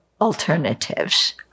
alternatives